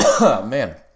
Man